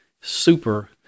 super